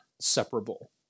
separable